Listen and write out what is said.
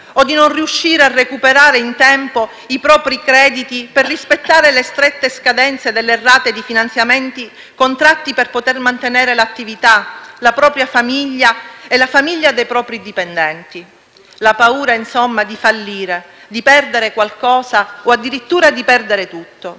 o di non riuscire a recuperare in tempo i propri crediti per rispettare le strette scadenze delle rate di finanziamenti contratti per poter mantenere l'attività, la propria famiglia e la famiglia dei propri dipendenti: la paura, insomma, di fallire, di perdere qualcosa o addirittura di perdere tutto.